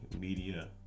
media